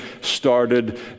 started